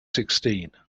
sixteen